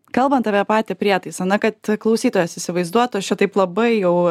kalbant apie patį prietaisą na kad klausytojas įsivaizduotų aš čia taip labai jau